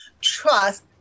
trust